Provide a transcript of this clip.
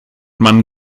man